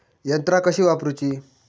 यंत्रा कशी वापरूची?